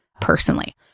personally